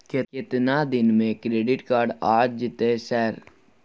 केतना दिन में क्रेडिट कार्ड आ जेतै सर?